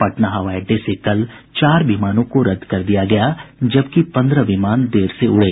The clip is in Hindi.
पटना हवाई अड्डे से कल चार विमानों को रद्द कर दिया गया जबकि पन्द्रह विमान देर से उड़ें